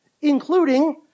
including